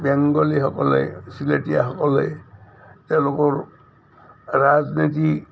বেংগলীসকলে চিলেটীয়াসকলে তেওঁলোকৰ ৰাজনীতি